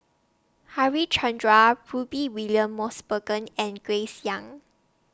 Harichandra Rudy William Mosbergen and Grace Young